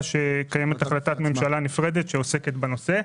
שקיימת החלטת ממשלה נפרדת שעוסקת בה.